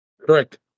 Correct